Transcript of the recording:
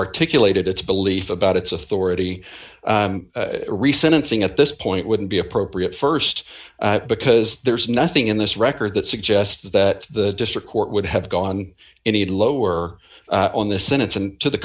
articulated its belief about its authority re sentencing at this point wouldn't be appropriate st because there's nothing in this record that suggests that the district court would have gone any lower on the senate's and to the